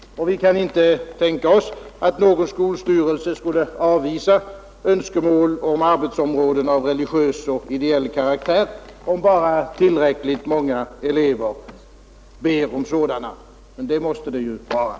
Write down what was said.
Vi kan inte tänka oss att någon skolstyrelse skulle avvisa önskemål om arbetsområden av religiös och ideell karaktär, men förutsättningen är givetvis att tillräckligt många elever anmäler sig.